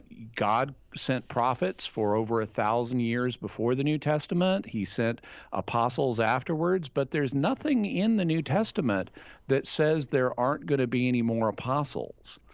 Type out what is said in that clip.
god sent prophets for over a thousand years before the new testament. he sent apostles afterwards. but there's nothing in the new testament that says there aren't going to be any more apostles.